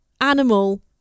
Animal